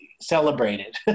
celebrated